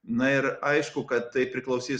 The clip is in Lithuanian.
na ir aišku kad tai priklausys